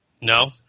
No